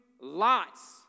lots